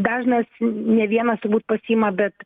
dažnas ne vienas turbūt pasiima bet